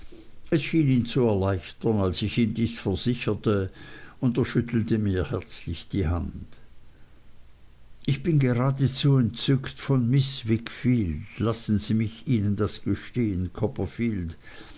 zu erleichtern als ich ihm dies versicherte und er schüttelte mir herzlich die hand ich bin geradezu entzückt von miß wickfield lassen sie mich ihnen das gestehen copperfield